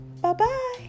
Bye-bye